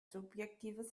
subjektives